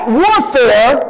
warfare